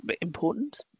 important